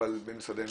אבל במשרדי ממשלה,